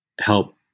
help